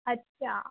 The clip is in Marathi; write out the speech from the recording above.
अच्छा